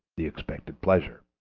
the expected pleasure.